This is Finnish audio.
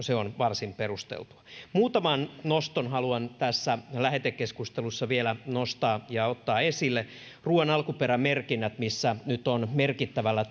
se on varsin perusteltua muutaman noston haluan tässä lähetekeskustelussa vielä ottaa esille ruoan alkuperämerkinnät missä nyt on merkittävällä